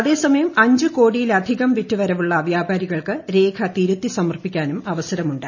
അതേസമയം അഞ്ച് കോടിയിലധികം വിറ്റുവരവുള്ള വ്യാപാരികൾക്ക് രേഖ തിരുത്തി സമർപ്പിക്കാനും അവസരമുണ്ട്